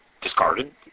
discarded